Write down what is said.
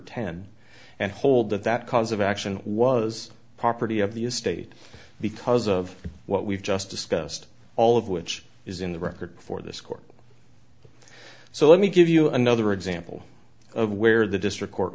ten and hold that that cause of action was property of the estate because of what we've just discussed all of which is in the record for this court so let me give you another example of where the district court